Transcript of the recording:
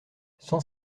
cent